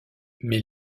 mais